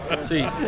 See